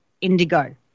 indigo